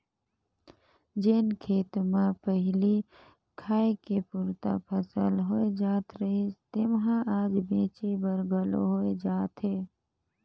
जेन खेत मे पहिली खाए के पुरता फसल होए जात रहिस तेम्हा आज बेंचे बर घलो होए जात हे